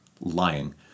lying